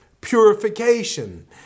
purification